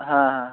হ্যাঁ হ্যাঁ